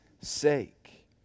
sake